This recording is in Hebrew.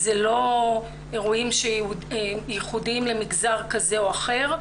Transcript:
אלה לא אירועים ייחודיים למגזר כזה או אחר.